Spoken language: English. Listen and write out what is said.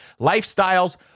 Lifestyles